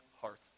heart